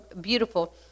beautiful